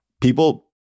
people